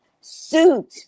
suit